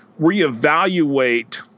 reevaluate